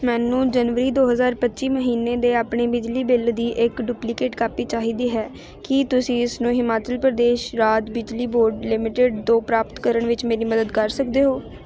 ਮੈਨੂੰ ਜਨਵਰੀ ਦੋ ਹਜ਼ਾਰ ਪੱਚੀ ਮਹੀਨੇ ਦੇ ਆਪਣੇ ਬਿਜਲੀ ਬਿੱਲ ਦੀ ਇੱਕ ਡੁਪਲੀਕੇਟ ਕਾਪੀ ਚਾਹੀਦੀ ਹੈ ਕੀ ਤੁਸੀਂ ਇਸ ਨੂੰ ਹਿਮਾਚਲ ਪ੍ਰਦੇਸ਼ ਰਾਜ ਬਿਜਲੀ ਬੋਰਡ ਲਿਮਟਿਡ ਤੋਂ ਪ੍ਰਾਪਤ ਕਰਨ ਵਿੱਚ ਮੇਰੀ ਮਦਦ ਕਰ ਸਕਦੇ ਹੋ